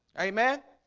amen,